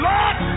Lord